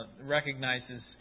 recognizes